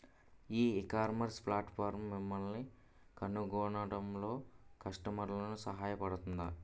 ఈ ecommerce platform మిమ్మల్ని కనుగొనడంలో కస్టమర్లకు సహాయపడుతుందా?